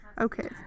Okay